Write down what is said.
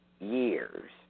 years